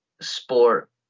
sport